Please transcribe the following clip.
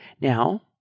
Now